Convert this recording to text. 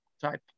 type